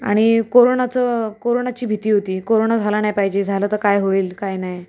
आणि कोरोनाचं कोरोनाची भीती होती कोरोना झाला नाही पाहिजे झाला तर काय होईल काय नाही